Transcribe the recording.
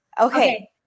Okay